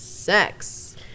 sex